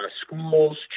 schools